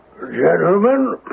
Gentlemen